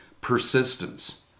persistence